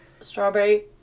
strawberry